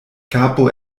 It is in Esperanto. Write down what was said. kapo